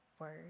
word